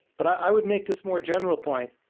but i would make this more general point.